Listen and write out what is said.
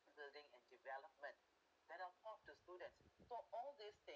building and development then of course the students so all this thing